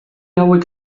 hauek